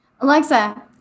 Alexa